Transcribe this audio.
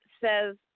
says